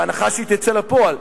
בהנחה שהיא תצא לפועל,